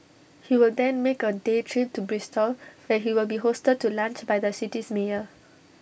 he will then make A day trip to Bristol where he will be hosted to lunch by the city's mayor